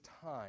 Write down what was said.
time